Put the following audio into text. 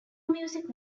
music